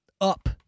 Up